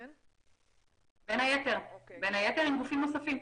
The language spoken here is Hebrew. בין היתר, יחד עם גופים נוספים.